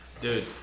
Dude